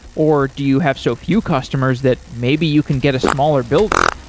or do you have so few customers that maybe you can get a smaller building?